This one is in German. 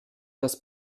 das